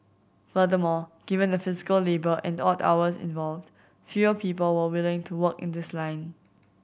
furthermore given the physical labour and odd hours involved fewer people were willing to work in this line